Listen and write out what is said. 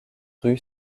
rue